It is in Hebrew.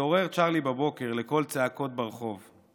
התעורר צ'רלי בבוקר לקול צעקות ברחוב.